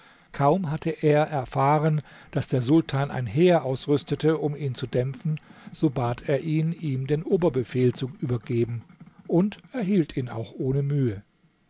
kaum hatte er erfahren daß der sultan ein heer ausrüstete um ihn zu dämpfen so bat er ihn ihm den oberbefehl zu übergeben und erhielt ihn auch ohne mühe